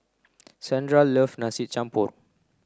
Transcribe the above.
Sandra love Nasi Campur